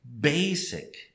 basic